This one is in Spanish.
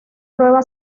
prueba